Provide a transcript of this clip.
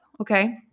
Okay